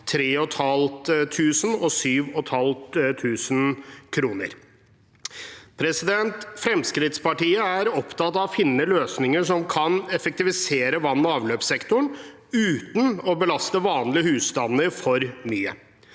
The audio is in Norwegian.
3 500 kr og 7 500 kr. Fremskrittspartiet er opptatt av å finne løsninger som kan effektivisere vann- og avløpssektoren uten å belaste vanlige husstander for mye.